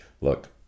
Look